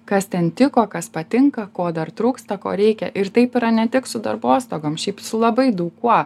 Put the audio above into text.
kas ten tiko kas patinka ko dar trūksta ko reikia ir taip yra ne tik su darbostogom šiaip su labai daug kuo